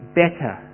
better